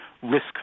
risk